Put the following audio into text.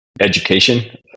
education